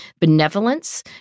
Benevolence